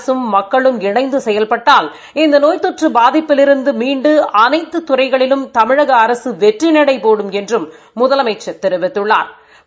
அரசும் மக்களும் இணைந்து செயல்பட்டால் இந்த நோய் தொற்று பாதிப்பிலிருந்து மீண்டு அளைத்து துறைகளிலும் தமிழக அரசு வெற்றிநடைபோடும் என்றும் முதலமைச்சா் தெரிவித்துள்ளாா்